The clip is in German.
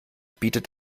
bietet